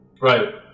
Right